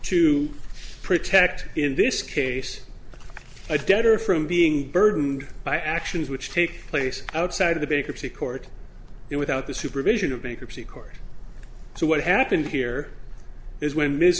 to protect in this case a debtor from being burdened by actions which take place outside of the bankruptcy court there without the supervision of bankruptcy court so what happened here is when m